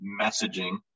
messaging